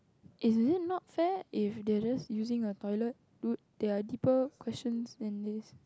is it not fair if they just using a toilet good their deeper questions then is